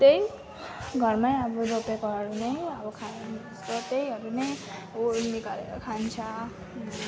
त्यही घरमै अब रोपेकोहरू नै अब खा त्यहीहरू नै निकालेर खान्छ